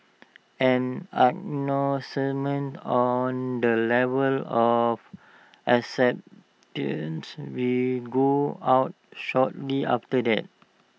an announcement on the level of acceptances will go out shortly after that